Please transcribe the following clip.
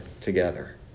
together